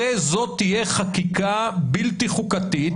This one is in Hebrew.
הרי זאת תהיה חקיקה בלתי חוקתית,